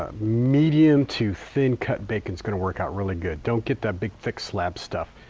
ah medium to thin cut bacon is going to work out really good. don't get that big thick slab stuff.